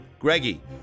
Greggy